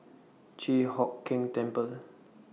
Chi Hock Keng Temple